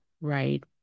right